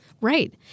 Right